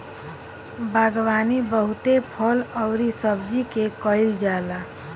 बागवानी बहुते फल अउरी सब्जी के कईल जाला